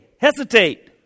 hesitate